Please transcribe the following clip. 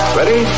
Ready